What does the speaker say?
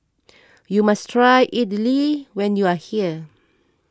you must try Idili when you are here